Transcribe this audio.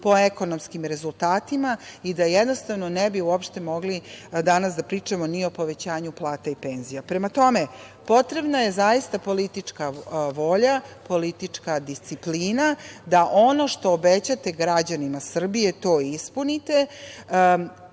po ekonomskim rezultatima i da ne bi uopšte mogli danas da pričamo ni o povećanju plata i penzija. Prema tome, potrebna je zaista politička volja, politička disciplina da ono što obećate građanima Srbije to ispunite.